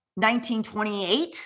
1928